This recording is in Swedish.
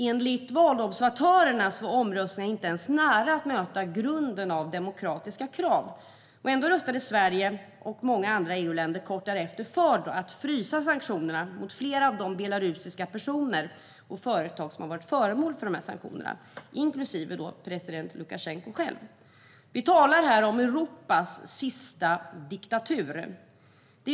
Enligt valobservatörerna var omröstningen inte nära att möta grundläggande demokratiska krav, och ändå röstade Sverige och många andra EU-länder kort därefter för att frysa sanktionerna mot flera av de belarusiska personer och företag som varit föremål för dessa sanktioner - inklusive president Lukasjenko. Vi talar här om Europas sista diktatur.